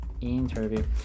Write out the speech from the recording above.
interview